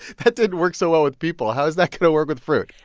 that didn't work so well with people. how is that going to work with fruit?